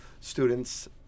students